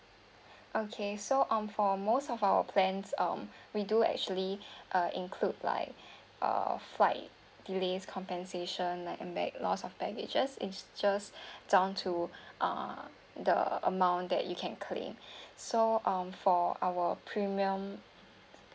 okay so um for most of our plans um we do actually uh include like uh flight delays compensation like and bag loss of baggages it just down to uh the amount that you can claim so um for our premium